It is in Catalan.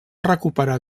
recuperar